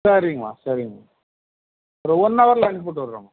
சரிங்கம்மா சரிங்கம்மா ஒரு ஒன் ஹவரில் அனுப்பிவிட்டுர்றோம்மா